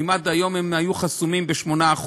כי אם עד היום הם היו חסומים ב-8%,